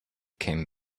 came